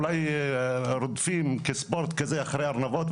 אולי רודפים כספורט כזה אחרי ארנבות,